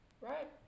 Right